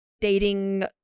dating